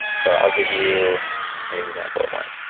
so i'll give you an example of one.